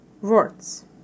words